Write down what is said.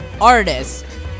artists